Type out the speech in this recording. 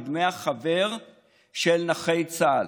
מדמי החבר של נכי צה"ל.